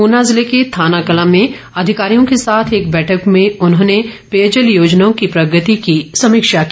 उना जिले के थानाकलां में अधिकारियों के साथ एक बैठक में उन्होंने पेयजल योजनाओं की प्रगति की समीक्षा की